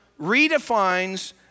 redefines